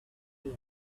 fear